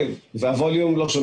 אבל אתה יודע, אנחנו גם